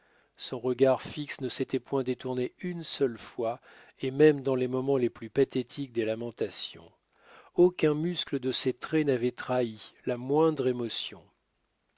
son regard fixe ne s'était point détourné une seule fois et même dans les moments les plus pathétiques des lamentations aucun muscle de ses traits n'avait trahi la moindre émotion